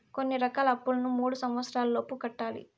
కొన్ని రకాల అప్పులను మూడు సంవచ్చరాల లోపు కట్టాలి